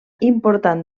important